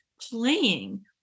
playing